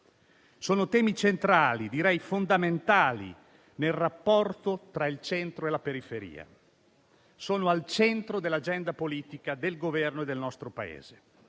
Sono temi centrali, direi fondamentali, nel rapporto tra il centro e la periferia; sono al centro dell'agenda politica del Governo e del nostro Paese.